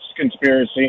conspiracy